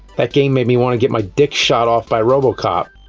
that game made me want to get my dick shot off by robocop.